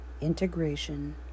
integration